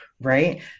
Right